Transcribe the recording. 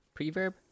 preverb